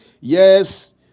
Yes